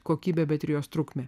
kokybę bet ir jos trukmę